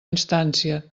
instància